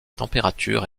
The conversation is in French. température